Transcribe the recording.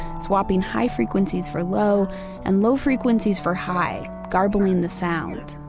swapping high frequencies for low and low frequencies for high, garbling the sound.